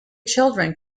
children